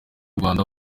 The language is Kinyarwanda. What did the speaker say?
rwanda